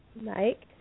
Mike